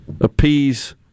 appease